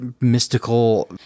mystical